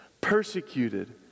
persecuted